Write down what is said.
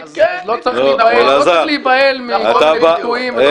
לא צריך להיבהל מכל מיני ביטויים.